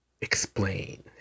explain